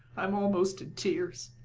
i am almost in tears?